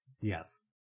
Yes